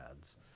ads